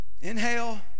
inhale